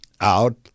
out